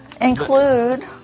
Include